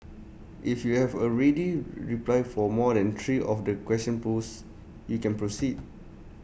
if you have A ready reply for more than three of the questions posed you can proceed